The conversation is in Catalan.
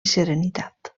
serenitat